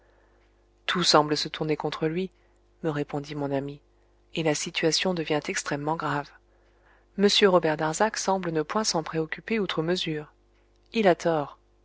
tout semble se tourner contre lui me répondit mon ami et la situation devient extrêmement grave m robert darzac semble ne point s'en préoccuper outre mesure il a tort